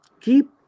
keep